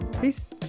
peace